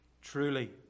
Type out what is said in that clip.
Truly